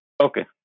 Okay